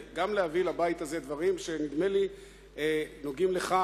להביא גם לבית הזה דברים שנדמה לי נוגעים לך,